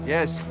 Yes